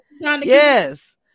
yes